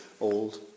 Old